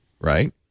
right